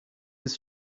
his